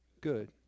good